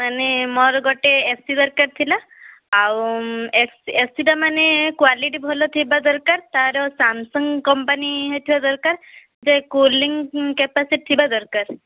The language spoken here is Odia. ମାନେ ମୋର ଗୋଟେ ଏସି ଦରକାର ଥିଲା ଆଉ ଏସି ଏସିଟା ମାନେ କ୍ୱାଲିଟି ଭଲଥିବା ଦରକାର ତାର ସାମ୍ସଙ୍ଗ୍ କମ୍ପାନୀ ହେଇଥିବା ଦରକାର ସେ କୁଲିଂ କାପାସିଟି ଥିବା ଦରକାର